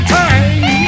time